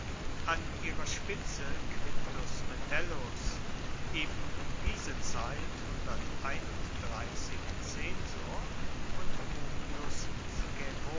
an ihrer spitze quintus metellus eben um diese zeit zensor und